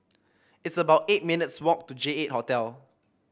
it's about eight minutes' walk to Jeight Hotel